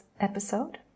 episode